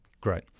great